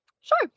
sure